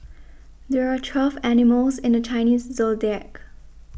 there are twelve animals in the Chinese zodiac